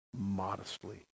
modestly